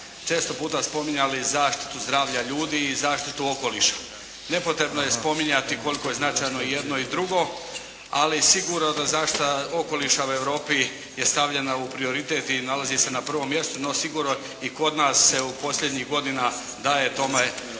često puta spominjali zaštitu zdravlja ljudi i zaštitu okoliša. Nepotrebno je spominjati koliko je značajno jedno i drugo ali sigurno da zaštita okoliša u Europi je stavljena u prioritet i nalazi se na prvom mjestu. No sigurno i kod nas se posljednjih godina daje tome